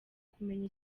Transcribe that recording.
kumenya